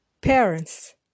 Parents